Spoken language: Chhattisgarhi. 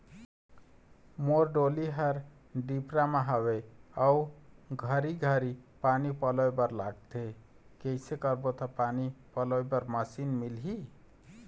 मोर डोली हर डिपरा म हावे अऊ घरी घरी पानी पलोए बर लगथे कैसे करबो त पानी पलोए बर मशीन मिलही?